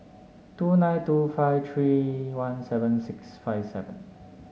two nine two five three one seven six five seven